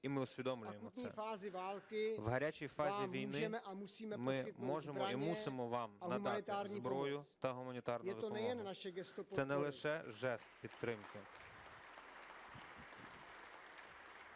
І ми усвідомлюємо це. В гарячій фазі війни ми можемо і мусимо вам надати зброю та гуманітарну допомогу. Це не лише жест підтримки,